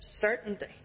certainty